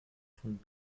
von